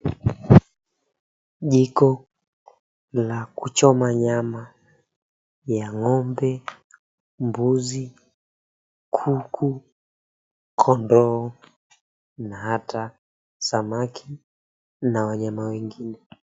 Jiko la kuchoma nyama ya ng'ombe, mbuzi, kuku , kondoo na hata samaki na wanyama wengine.